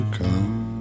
come